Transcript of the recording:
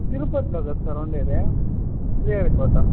తిరుపతిలో కదా సార్ ఉండేది శ్రీహరి కోట